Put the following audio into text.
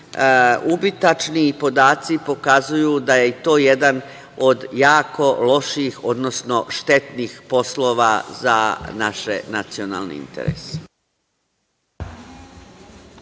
ubitačni i podaci pokazuju da je i to jedan od jako loših, odnosno štetnih poslova za naše nacionalne interese.